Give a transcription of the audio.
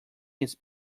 his